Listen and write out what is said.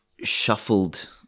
shuffled